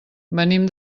venim